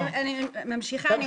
אני ממשיכה.